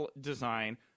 design